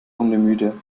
hundemüde